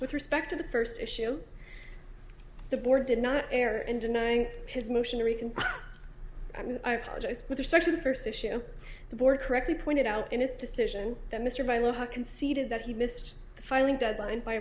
with respect to the first issue the board did not air in denying his motion to reconsider and i apologize with respect to the first issue the board correctly pointed out in its decision that mr bailo have conceded that he missed the filing deadline by